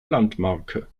landmarke